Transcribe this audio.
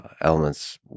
elements